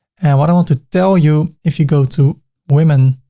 and what i want to tell you if you go to women,